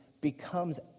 becomes